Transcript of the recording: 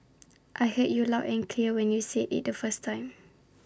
I heard you loud and clear when you said IT the first time